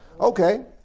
Okay